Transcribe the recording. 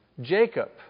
Jacob